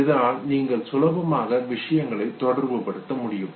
இதனால் நீங்கள் சுலபமாக விஷயங்களை தொடர்புபடுத்த முடியும்